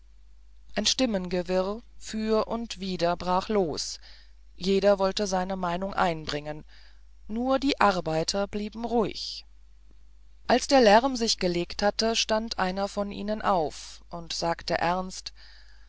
ein stimmengewirr für und wieder brach los jeder wollte seine meinung anbringen nur die arbeiter blieben ruhig als der lärm sich gelegt hatte stand einer von ihnen auf und sagte ernst